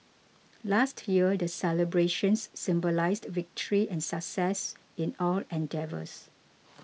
last year the celebrations symbolised victory and success in all endeavours